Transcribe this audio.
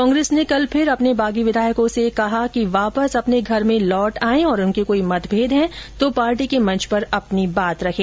कांग्रेस ने कल फिर अपने बागी विधायकों से कहा कि वापस अपने घर में लौट आयें और उनके कोई मतभेद हैं तो पार्टी के मंच पर अपनी बात रखें